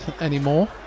anymore